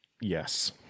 Yes